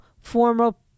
formal